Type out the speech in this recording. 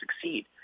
succeed